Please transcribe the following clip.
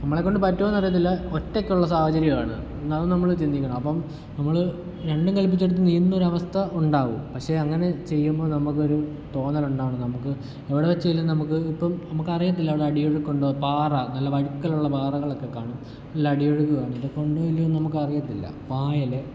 നമ്മളെ കൊണ്ട് പറ്റുവോന്നറിയത്തില്ല ഒറ്റക്കുള്ള സാഹചര്യാണ് എന്നാലും നമ്മൾ ചിന്തിക്കണം അപ്പം നമ്മള് രണ്ടും കൽപ്പിച്ചെടുത്ത് നീന്തുന്ന ഒരവസ്ഥ ഉണ്ടാവും പക്ഷേ അങ്ങനെ ചെയ്യുമ്പോൾ നമുക്ക് ഒരു തോന്നലുണ്ടാകണം നമുക്ക് എവിടെ വച്ചേലും നമുക്ക് ഇപ്പം നമുക്കറിയത്തില്ല അവിടെ അടിയൊഴുക്കുണ്ടോ പാറ നല്ല വഴുക്കലുള്ള പാറകളൊക്കെ കാണും നല്ല അടിയൊഴുക്ക് കാണും ഇതൊക്കെ ഉണ്ടോ ഇല്ലയോ എന്ന് നമുക്ക് അറിയത്തില്ല പായൽ